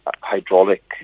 hydraulic